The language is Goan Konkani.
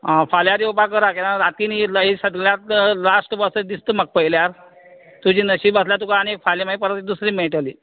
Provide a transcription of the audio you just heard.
आं फाल्यांत येवपाक करा कित्याक रातीन ही सगल्याक लास्ट बस येता पयल्यार तुजी नशीब आसल्यार तुका आनीक फाल्यां मागीर दुसरी मेळटली